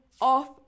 off